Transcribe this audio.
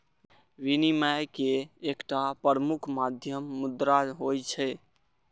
विनिमय के एकटा प्रमुख माध्यम मुद्रा होइ छै